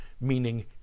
meaning